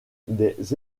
des